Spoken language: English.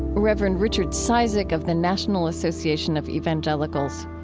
reverend richard cizik of the national association of evangelicals